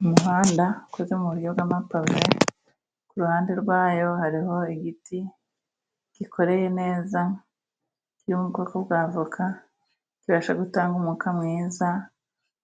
Umuhanda ukoze muburyo bw'amapave, kuruhande rwayo hariho igiti gikoreye neza kiri m'ubwoko bwa avoka, kibasha gutanga umwuka mwiza